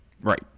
Right